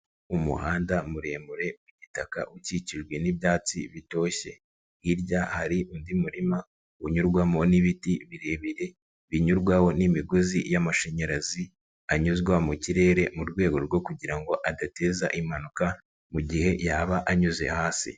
Umuhanda muremure w'igitaka ukikijwe n'ibyatsi bitoshye hirya hari undi murima unyurwamo n'ibiti birebire binyurwaho n'imigozi y'amashanyarazi anyuzwa mu kirere mu rwego rwo kugira ngo adateza impanuka mu gihe yaba anyuze hasi.